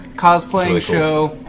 cosplay show.